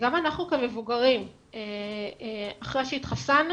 גם אנחנו כמבוגרים אחרי שהתחסנו